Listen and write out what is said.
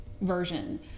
version